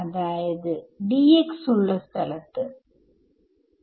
അതിനാൽ E ഞാൻ എന്ത് എഴുതും